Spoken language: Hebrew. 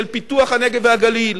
של פיתוח הנגב והגליל,